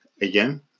Again